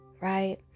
right